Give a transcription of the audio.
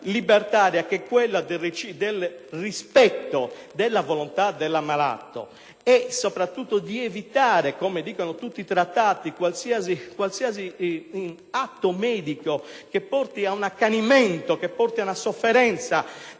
libertaria che è quella del rispetto della volontà dell'ammalato e soprattutto dell'evitare - come prevedono tutti i trattati - qualsiasi atto medico che porti ad un accanimento e ad una sofferenza